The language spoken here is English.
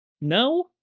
No